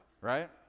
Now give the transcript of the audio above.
Right